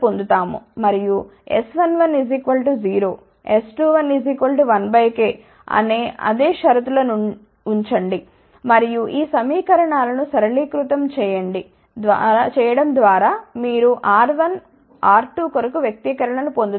మరియుS11 0S21 1 k అనే అదే షరతుల ను ఉంచండి మరియు ఈ సమీకరణాలను సరళీకృతం చేయడం ద్వారా మీరు R1 R2 కొరకు వ్యక్తీకరణ లను పొందుతారు